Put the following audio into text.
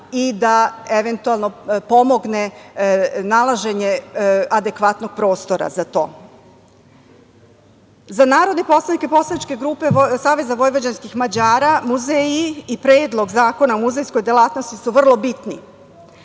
i da eventualno pomogne nalaženje adekvatnog prostora za to.Za narodne poslanike Poslaničke grupe Savez vojvođanskih Mađara muzeji i Predlog zakona o muzejskoj delatnosti su vrlo bitni.